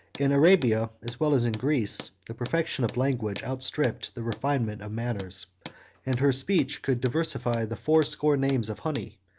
in arabia, as well as in greece, the perfection of language outstripped the refinement of manners and her speech could diversify the fourscore names of honey,